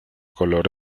color